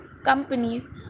companies